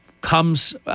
comes